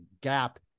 gap